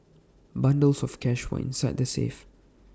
bundles of cash were inside the safe